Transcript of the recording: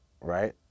right